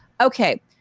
okay